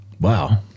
Wow